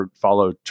follow